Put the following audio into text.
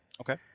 Okay